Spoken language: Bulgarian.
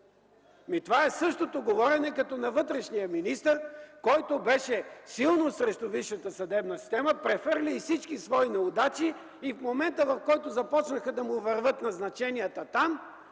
Това е същото говорене като на вътрешния министър, който беше силно срещу висшата съдебна система, прехвърли й всички свои неудачи и в момента, в който започнаха да му вървят назначенията там,